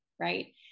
right